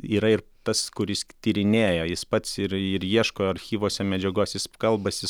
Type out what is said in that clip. yra ir tas kuris tyrinėja jis pats ir ir ieško archyvuose medžiagos jis kalbasi su